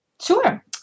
Sure